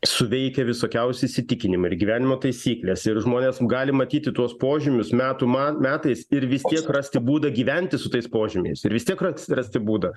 suveikia visokiausi įsitikinimai ir gyvenimo taisyklės ir žmonės gali matyti tuos požymius metų man metais ir vis tiek rasti būdą gyventi su tais požymiais ir vis tiek ras rasti būdą